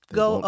go